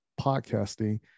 podcasting